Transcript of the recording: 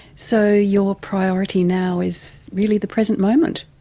so your priority now is really the present moment.